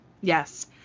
Yes